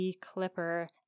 clipper